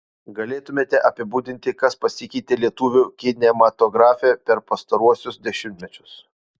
galėtumėte apibūdinti kas pasikeitė lietuvių kinematografe per pastaruosius dešimtmečius